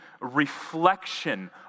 reflection